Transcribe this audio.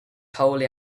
wholly